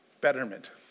betterment